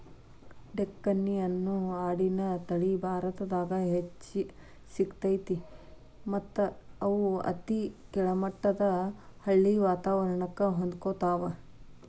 ಡೆಕ್ಕನಿ ಅನ್ನೋ ಆಡಿನ ತಳಿ ಭಾರತದಾಗ್ ಹೆಚ್ಚ್ ಸಿಗ್ತೇತಿ ಮತ್ತ್ ಇವು ಅತಿ ಕೆಳಮಟ್ಟದ ಹಳ್ಳಿ ವಾತವರಣಕ್ಕ ಹೊಂದ್ಕೊತಾವ